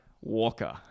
Walker